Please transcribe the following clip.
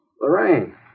Lorraine